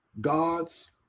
God's